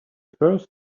first